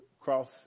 cross